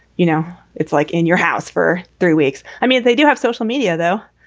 you know, it's like in your house for three weeks. i mean, they do have social media, though.